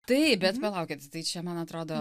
taip bet palaukit tai čia man atrodo